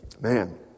man